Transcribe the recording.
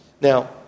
Now